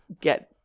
get